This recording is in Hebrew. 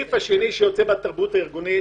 הסעיף השני שיוצא מהתרבות הארגונית